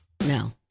No